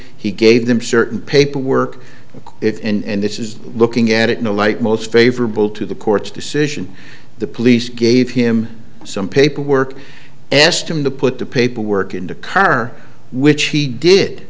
he gave them certain paperwork if and this is looking at it in a light most favorable to the court's decision the police gave him some paperwork asked him to put the paperwork in the car which he did